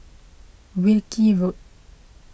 Wilkie Road